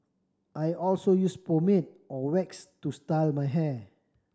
I also use pomade or wax to style my hair